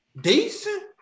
decent